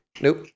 Nope